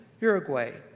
Uruguay